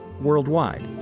Worldwide